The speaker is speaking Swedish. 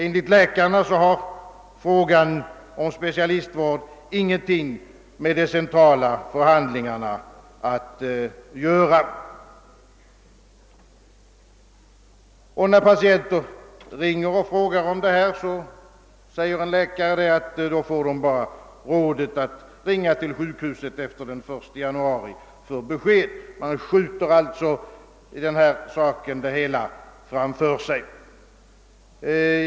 Enligt läkarna har frågan om specialistvård ingenting med de centrala förhandlingarna att göra. När patienterna ringer och frågar om dessa saker, får de av läkarna rådet att höra sig för hos sjukhuset efter 1 januari. Man skjuter alltså det hela framför sig.